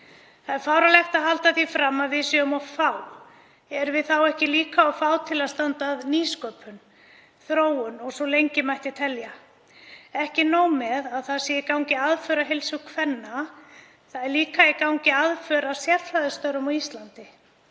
Það er fáránlegt að halda því fram að við séum of fá. Erum við þá ekki líka of fá til að standa að nýsköpun, þróun og svo mætti lengi telja? Ekki nóg með að í gangi sé aðför að heilsu kvenna, það er líka í gangi aðför að sérfræðistörfum á Íslandi.